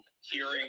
hearing